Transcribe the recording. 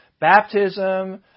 baptism